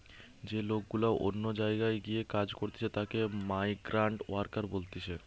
যে লোক গুলা অন্য জায়গায় গিয়ে কাজ করতিছে তাকে মাইগ্রান্ট ওয়ার্কার বলতিছে